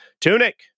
Tunic